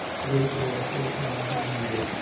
three or four times in the year,